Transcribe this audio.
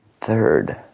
third